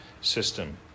system